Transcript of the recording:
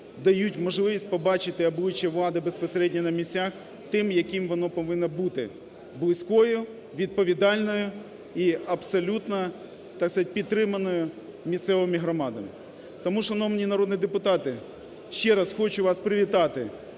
дають можливість побачити обличчя влади безпосередньо на місцях тим, яким воно повинно бути: близькою, відповідальною і абсолютно підтриманою місцевими громадами. Тому, шановні народні депутати, ще раз хочу вас привітати